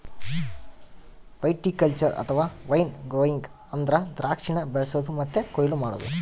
viticulture ಅಥವಾ wine growing ಅಂದ್ರ ದ್ರಾಕ್ಷಿನ ಬೆಳಿಸೊದು ಮತ್ತೆ ಕೊಯ್ಲು ಮಾಡೊದು